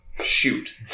Shoot